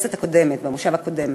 בכנסת הקודמת, במושב הקודם,